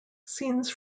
scenes